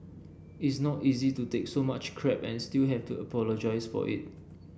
it's not easy to take so much crap and still have to apologise for it